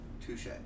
Touche